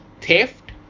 theft